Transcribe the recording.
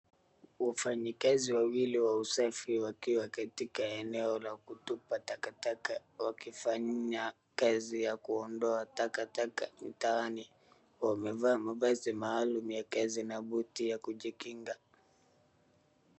Wafanyikazi wawili wa usafi wakiwa katika eneo la kutupa takataka wakifanya kazi ya kuondoa takataka mtaani. Wamevaa mavazi maalum ya kazi na buti ya kujikinga.